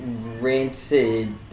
rancid